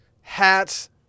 hats